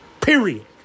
Period